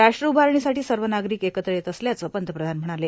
राष्ट्र उभारणीसाठी सव नार्गारक एकत्र येत असल्याचं पंतप्रधान म्हणाले